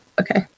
Okay